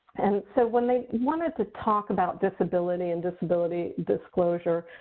and so when they wanted to talk about disability and disability disclosure,